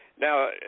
now